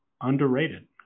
underrated